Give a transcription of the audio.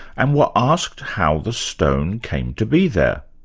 and were asked how the stone came to be there.